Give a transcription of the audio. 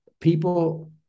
people